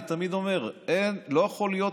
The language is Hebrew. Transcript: אני תמיד אומר: לא יכול להיות,